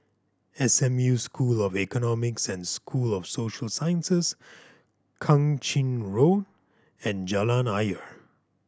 S M U School of Economics and School of Social Sciences Kang Ching Road and Jalan Ayer